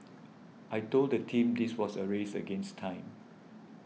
I told the team this was a race against time